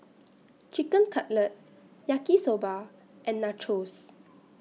Chicken Cutlet Yaki Soba and Nachos